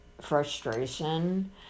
frustration